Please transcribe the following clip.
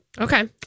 Okay